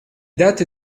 date